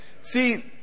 See